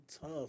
tough